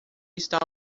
estar